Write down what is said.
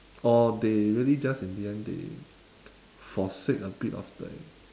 or they really just in the end they forsake a bit of the